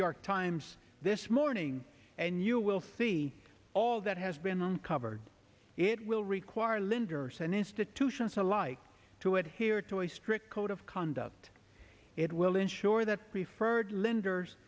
york times this morning and you will see all that has been uncovered it will require linder sen institutions alike to adhere to a strict code of conduct it will ensure that preferred lenders